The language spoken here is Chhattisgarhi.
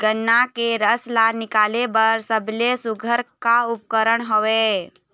गन्ना के रस ला निकाले बर सबले सुघ्घर का उपकरण हवए?